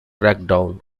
crackdown